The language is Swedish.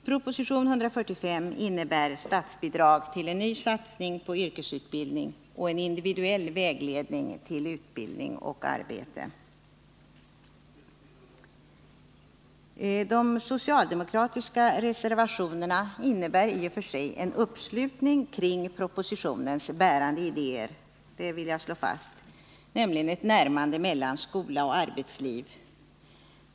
Proposition 145 innebär statsbidrag till en ny satsning på yrkesutbildning och individuell vägledning till utbildning och arbete. De socialdemokratiska reservationerna innebär i och för sig en uppslutning kring propositionens bärande idéer, dvs. ett närmande mellan skola och arbetsliv. Det vill jag slå fast.